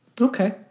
Okay